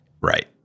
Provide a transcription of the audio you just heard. Right